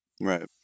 Right